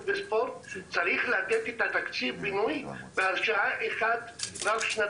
והספורט צריכים לתת את תקציב הבינוי רב שנתי.